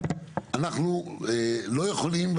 אנחנו לא יכולים,